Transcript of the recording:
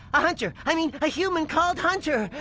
a hunter, i mean a human called hunter.